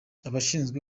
abashinzwe